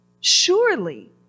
Surely